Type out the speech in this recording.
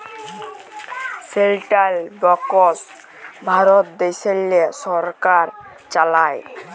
central banks Bharat দ্যাশেল্লে সরকার চালায়